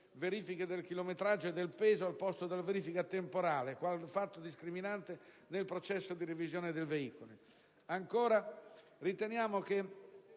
verifica del chilometraggio e del peso, al posto della verifica temporale, quale fattore discriminante nel processo di revisione dei veicoli.